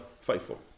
faithful